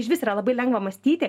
išvis yra labai lengva mąstyti